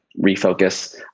refocus